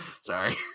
Sorry